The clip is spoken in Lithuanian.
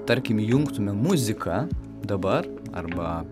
tarkim įjungtume muziką dabar arba